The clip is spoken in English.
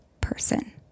person